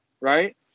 right